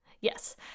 Yes